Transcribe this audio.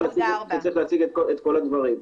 שצריך להציג את כל הדברים.